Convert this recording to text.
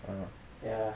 oh